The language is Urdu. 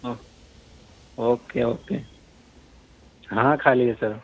او اوکے اوکے ہاں خالی ہے سر